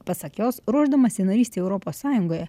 pasak jos ruošdamasi narystei europos sąjungoje